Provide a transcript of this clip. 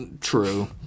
True